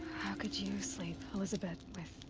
how could you sleep, elisabet, with.